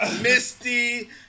Misty